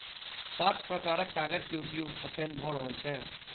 सात प्रकारक कागज के उपयोग अखैन भ रहल छै